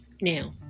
Now